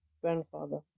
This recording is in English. grandfather